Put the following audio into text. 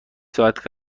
ساعت